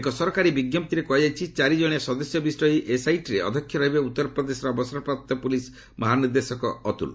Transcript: ଏକ ସରକାରୀ ବିଜ୍ଞପ୍ତିରେ କ୍ରହାଯାଇଛି ଚାରି ଜଣିଆ ସଦସ୍ୟ ବିଶିଷ୍ଟ ଏହି ଏସ୍ଆଇଟିରେ ଅଧ୍ୟକ୍ଷ ରହିବେ ଉତ୍ତର ପ୍ରଦେଶର ଅବସରପ୍ରାପ୍ତ ପୁଲିସ୍ ମହାନିର୍ଦ୍ଦେଶକ ଅତ୍କୁଲ